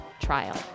trial